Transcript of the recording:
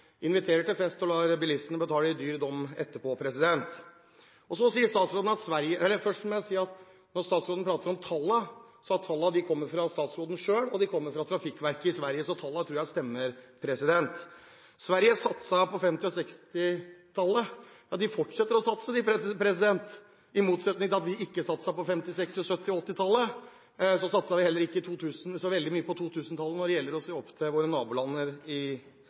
inviterer til fest og lar bilistene betale i dyre dommer etterpå. Først må jeg si, når statsråden prater om tallene: Tallene kommer fra statsråden selv og fra Trafikverket i Sverige, så tallene tror jeg stemmer. Sverige satset på 1950- og 1960-tallet, og de forsetter å satse – i motsetning til at vi ikke satset på 1950-, 1960-, 1970-, og 1980-tallet. Vi satset heller ikke så veldig mye på 2000-tallet når det gjelder å se opp til vårt naboland Sverige. Poenget er at i